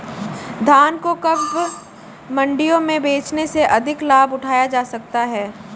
धान को कब मंडियों में बेचने से अधिक लाभ उठाया जा सकता है?